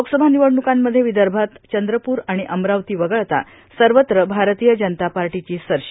लोकसभा निवडणुकांमध्ये विदर्भात चंद्रपूर आणि अमरावती वगळता सर्वत्र भारतीय जनता पार्टीची सरशी